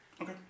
Okay